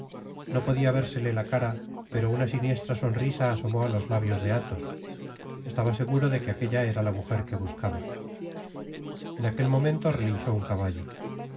no podia vérsele ta cara pero una sinieslra sonrisa asomó á los labios de athos estaba seguro de que aquella era la mujer que buscaba en aquel momento relinchó un caballo